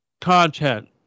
content